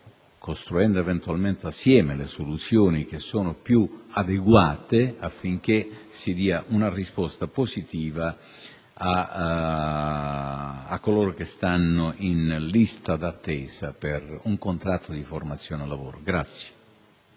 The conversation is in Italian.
costruendo eventualmente assieme le soluzioni più adeguate affinché si dia una risposta positiva a coloro che sono in lista di attesa per un contratto di formazione lavoro.